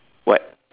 what